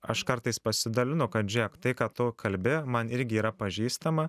aš kartais pasidalinu kad žėk tai ką tu kalbi man irgi yra pažįstama